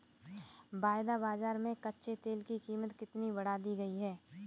वायदा बाजार में कच्चे तेल की कीमत कितनी बढ़ा दी गई है?